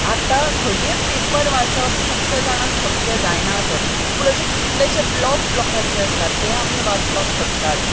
आतां घडये पेपर वाचप खूबशे जाणांक शक्य जायना आसत पूण अशें कितलेशे ब्लॉग्स लोकांचे आसतात ते आमी वाचपाक शकतात